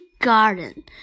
garden